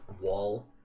wall